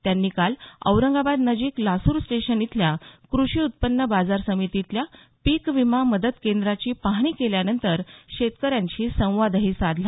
त्यांनी काल औरंगाबाद नजीक लासूर स्टेशन इथल्या कृषि उत्पन्न बाजार समितीतल्या पीक विमा मदत केंद्राची पाहणी केल्यानंतर शेतकऱ्यांशी संवादही साधला